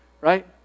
right